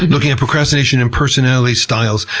looking at procrastination and personality styles,